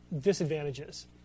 Disadvantages